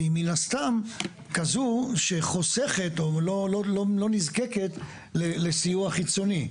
והיא מן הסתם כזו שחוסכת או לא נזקקת לסיוע חיצוני.